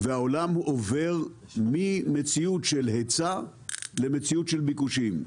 והעולם עובר ממציאות של היצע למציאות של ביקושים.